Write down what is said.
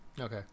okay